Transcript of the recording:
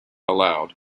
allowed